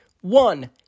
one-